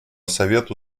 совету